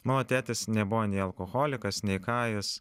mano tėtis nebuvo nei alkoholikas nei ką jis